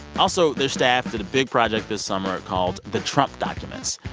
also, their staff did a big project this summer called the trump documents.